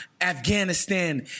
Afghanistan